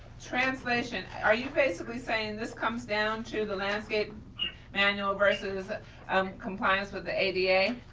translation, are you basically saying this comes down to the landscape manual versus ah um compliance with the ada? yeah